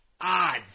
odds